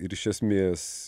ir iš esmės